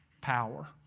power